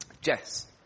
Jess